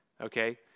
okay